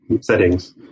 settings